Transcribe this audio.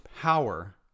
power